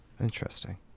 Interesting